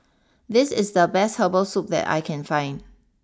this is the best Herbal Soup that I can find